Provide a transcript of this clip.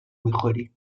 میخوری